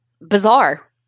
bizarre